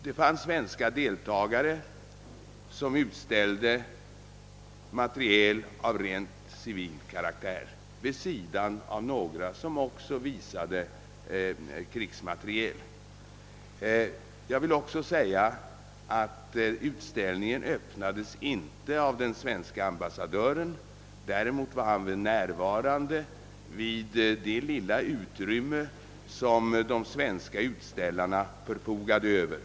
Det fanns svenska deltagare som utställde materiel av rent civil karaktär, vid sidan av några som också visade krigsmateriel. Jag vill också framhålla att utställningen inte öppnades av den svenska ambassadören; däremot var ambassadören nävarande vid det lilla utrymme som de svenska utställarna förfogade över.